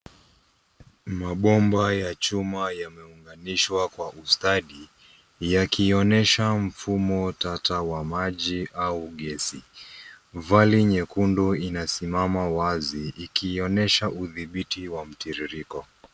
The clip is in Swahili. Mabomba ya chuma yameunganishwa kwa ustadi yakionyesha mfumo tata ya maji au gesi, vali nyekundu inasimama wazi ikionyesha udhibiti wa mtiririko.